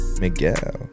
Miguel